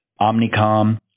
Omnicom